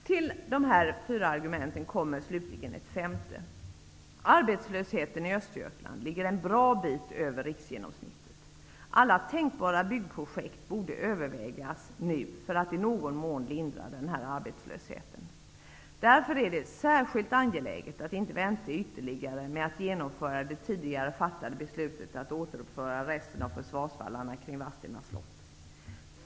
Till de här fyra argumenten kommer slutligen ett femte. Arbetslösheten i Östergötland ligger en bra bit över riksgenomsnittet. Alla tänkbara byggprojekt borde övervägas nu för att i någon mån lindra arbetslösheten. Därför är det särskilt angeläget att inte vänta ytterligare med att genomföra det tidigare fattade beslutet att återuppföra resten av försvarsvallarna kring Vadstena slott.